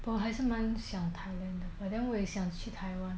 我还是蛮想 thailand 的 but then 我也想去 taiwan